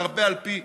והרבה על פי